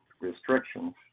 restrictions